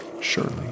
surely